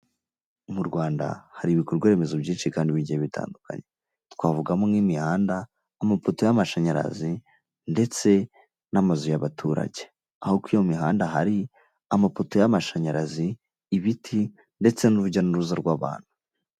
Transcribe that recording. Mu Rwanda hari ibikorwa remezo byinshi kandi bihe bitandukanye twavugamo nk'imihanda, amapoto y'amashanyarazi, ndetse n'amazu y'abaturage aho ko iyo mihanda hari amapoto y'amashanyarazi, ibiti ndetse n'urujya n'uruza rw'abantu.